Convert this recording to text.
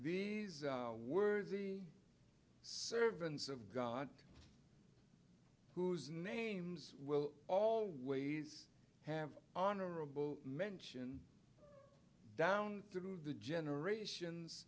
were the servants of god whose names will always have honorable mention down through the generations